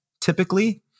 typically